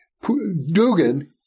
Dugan